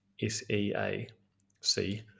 s-e-a-c